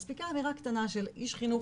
מספיקה אמירה קטנה של איש חינוך,